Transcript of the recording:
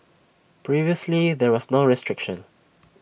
previously there was no restriction